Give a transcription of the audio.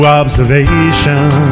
observation